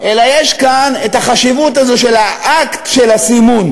אלא יש כאן את החשיבות הזו של האקט של הסימון,